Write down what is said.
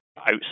outside